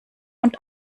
und